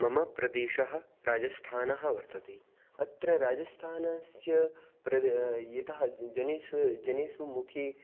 मम प्रदेशः राजस्थानः वर्तते अत्र राजस्थानस्य यतः जनेषु जनेषु मुखे